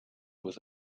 with